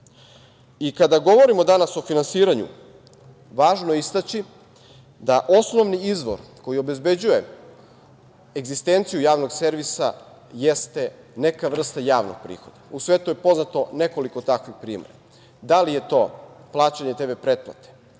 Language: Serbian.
svetu. Kada govorimo danas o finansiranju, važno je istaći da osnovni izvor koji obezbeđuje egzistenciju javnog servisa jeste neka vrsta javnog prihoda. U svetu je poznato nekoliko takvih primera. Da li je to plaćanje TV pretplate,